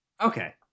Okay